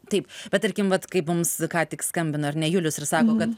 taip bet tarkim vat kai mums ką tik skambino ar ne julius ir sako kad